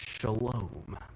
shalom